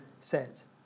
says